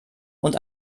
und